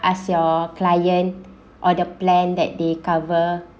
ask your client or the plan that they cover